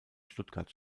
stuttgart